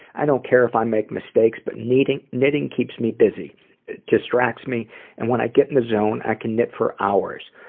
i don't care if i make mistakes but knitting knitting keeps me busy. it distracts me and when i get in the zone i can knit for hours.